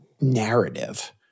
narrative